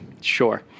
Sure